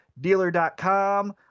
dealer.com